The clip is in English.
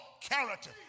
character